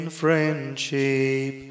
friendship